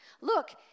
Look